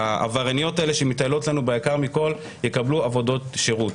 שהעברייניות האלה שמתעללות לנו ביקר מכל יקבלו עבודות שירות.